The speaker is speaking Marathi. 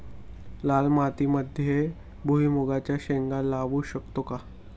लाल मातीमध्ये भुईमुगाच्या शेंगा लावू शकतो का?